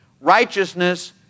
righteousness